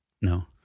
no